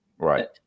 Right